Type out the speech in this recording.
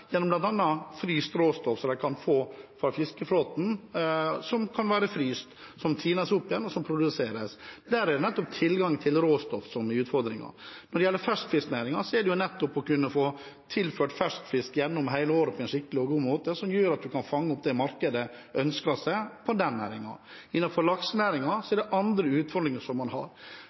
fryst råstoff som de kan få fra fiskeflåten. Det kan være fryst, og det tines opp igjen og produseres. Det er nettopp tilgangen til råstoff som er utfordringen. Når det gjelder ferskfisknæringen, er det nettopp å kunne få tilført fersk fisk gjennom hele året på en skikkelig og god måte som gjør at man kan fange opp det markedet ønsker seg for den næringen. Innenfor laksenæringen har man andre utfordringer. Da er det ikke alltid at det er strategier som